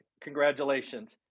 congratulations